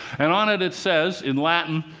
and on it, it says, in latin